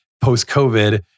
post-COVID